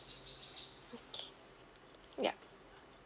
yup